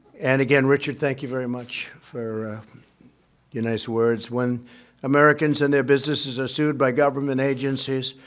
and again, richard, thank you very much for your nice words. when americans and their businesses are sued by government agencies,